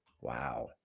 Wow